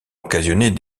occasionner